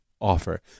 offer